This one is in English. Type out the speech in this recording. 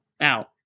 out